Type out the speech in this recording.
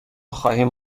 خواهیم